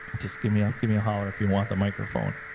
just give me um give me a holler if you want the microphone.